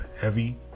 heavy